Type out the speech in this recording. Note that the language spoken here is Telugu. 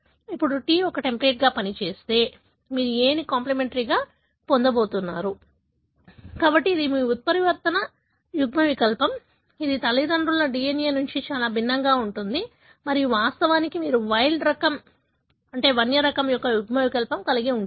ఇప్పుడు T ఒక టెంప్లేట్గా పనిచేస్తే మీరు A ని కాంప్లిమెంటరీగా పొందబోతున్నారు కాబట్టి ఇది మీ ఉత్పరివర్తన యుగ్మవికల్పం ఇది తల్లిదండ్రుల DNA నుండి చాలా భిన్నంగా ఉంటుంది మరియు వాస్తవానికి మీరు వన్య రకం యుగ్మవికల్పం కలిగి ఉంటారు